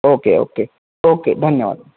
okay okay okay धन्यवाद